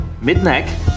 mid-neck